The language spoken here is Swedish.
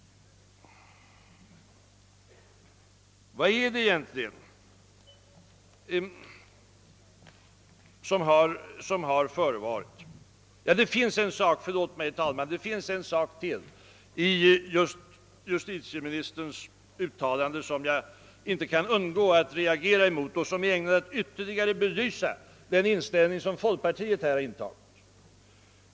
Det finns en sak i justitieministerns uttalande som jag inte kan undgå att reagera mot och som är ägnad att ytterligare belysa den inställning som folkpartiet har haft.